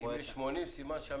ומצד שני